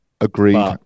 Agreed